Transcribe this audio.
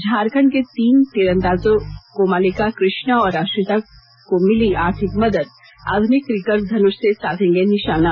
झारखंड के तीन तीरंदाजों कोमोलिका कृष्णा और आश्रिता को मिली आर्थिक मदद आधुनिक रिकर्व धनुष से साधेंगे निशाना